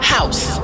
House